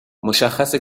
مشخصه